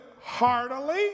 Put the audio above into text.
heartily